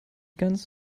ganz